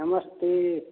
नमस्ते